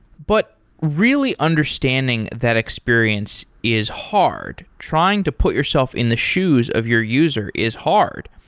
but really understanding that experience is hard. trying to put yourself in the shoes of your user is hard.